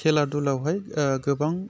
खेला धुलायावहाय गोबां